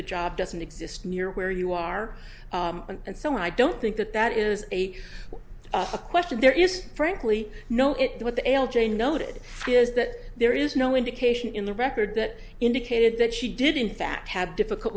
the job doesn't exist near where you are and so i don't think that that is a a question there is frankly no it what the l j noted is that there is no indication in the record that indicated that she did in fact have difficult